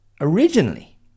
originally